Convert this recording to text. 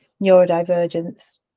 neurodivergence